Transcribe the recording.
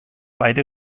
beide